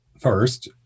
first